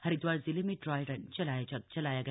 हरिदवार जिले में dry run चलाया गया